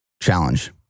challenge